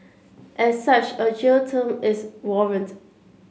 as such a jail term is warranted